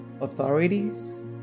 authorities